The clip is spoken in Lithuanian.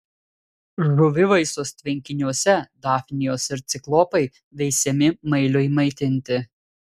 žuvivaisos tvenkiniuose dafnijos ir ciklopai veisiami mailiui maitinti